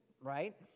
right